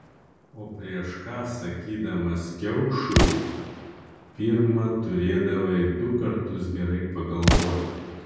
o prieš ką sakydamas kiaušui pirma turėdavai du kartus gerai pagalvoti